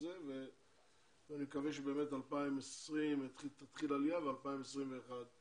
זה ואני מקווה שבאמת ב-2020 תתחיל עלייה וב-2021 היא